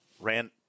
Ran